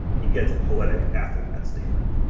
he gets poetic after that statement.